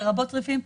לרבות צריפין.